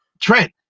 Trent